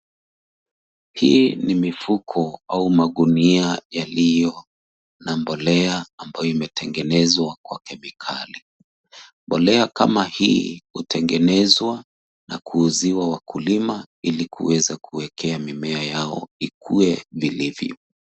Hii ni mifuko, au magunia yalio na mbolea, ambayo imetengenezwa, kwa kemikali. Mbolea kama hii hutengenezwa, na kuuziwa wakulima, ili kuweza kuwekea mimea yao, ikue vilivyo.